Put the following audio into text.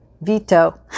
Veto